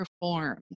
perform